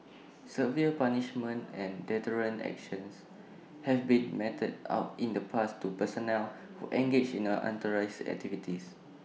severe punishments and deterrent actions have been meted out in the past to personnel who engaged in A unauthorised activities